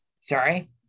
Sorry